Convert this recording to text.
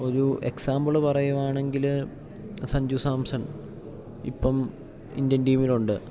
ഒരു എക്സാമ്പിള് പറയുകയാണെങ്കിൽ സഞ്ജു സാംസൺ ഇപ്പം ഇന്ത്യൻ ടീമിൽ ഉണ്ട്